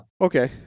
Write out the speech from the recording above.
Okay